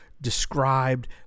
described